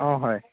অঁ হয়